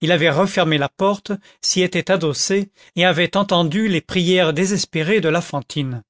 il avait refermé la porte s'y était adossé et avait entendu les prières désespérées de la fantine